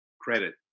credit